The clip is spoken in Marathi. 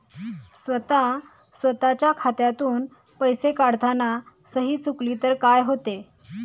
स्वतः स्वतःच्या खात्यातून पैसे काढताना सही चुकली तर काय होते?